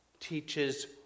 teaches